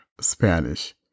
Spanish